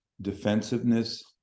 defensiveness